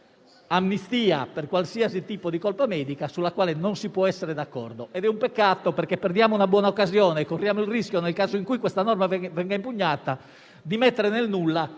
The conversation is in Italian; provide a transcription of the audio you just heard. amnistia per qualsiasi tipo di colpa medica sulla quale non si può essere d'accordo. È un peccato perché perdiamo una buona occasione e corriamo il rischio, nel caso in cui questa norma venga impugnata, di vanificare gli